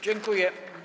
Dziękuję.